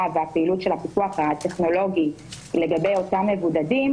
והפעילות של הפיקוח הטכנולוגי לגבי אותם מבודדים